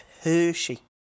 Hershey